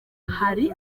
hari